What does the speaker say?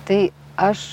tai aš